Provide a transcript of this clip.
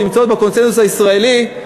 שנמצאות בקונסנזוס הישראלי,